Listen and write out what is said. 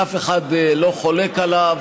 שאף אחד לא חולק עליה.